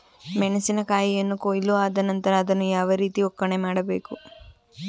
ಮೆಣಸಿನ ಕಾಯಿಯನ್ನು ಕೊಯ್ಲು ಆದ ನಂತರ ಅದನ್ನು ಯಾವ ರೀತಿ ಒಕ್ಕಣೆ ಮಾಡಬೇಕು?